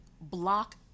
block